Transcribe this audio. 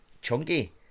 chunky